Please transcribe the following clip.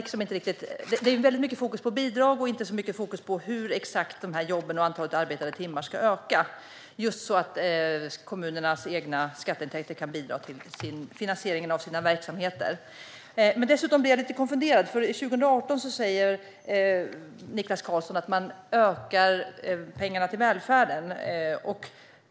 Det är väldigt mycket fokus på bidrag och inte så mycket fokus på exakt hur jobben och antalet arbetade timmar ska öka, så att kommunernas egna skatteintäkter kan bidra till finansieringen av kommunernas verksamheter. Dessutom blev jag lite konfunderad. Niklas Karlsson säger att man för 2018 ökar pengarna till välfärden.